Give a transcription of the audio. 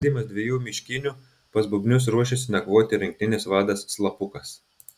lydimas dviejų miškinių pas bubnius ruošiasi nakvoti rinktinės vadas slapukas